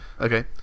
Okay